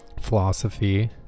philosophy